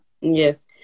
Yes